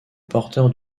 porteur